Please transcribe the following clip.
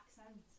accent